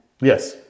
Yes